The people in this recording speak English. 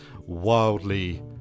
wildly